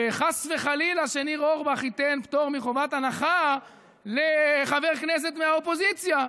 וחס וחלילה שניר אורבך ייתן פטור מחובת הנחה לחבר כנסת מהאופוזיציה.